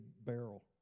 barrel